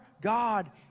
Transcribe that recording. God